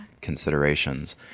considerations